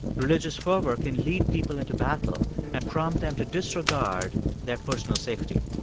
religious fervor can lead people into battle and prompt them to disregard their personal safety.